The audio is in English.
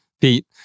Pete